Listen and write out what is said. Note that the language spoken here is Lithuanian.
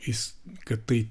jis kad tai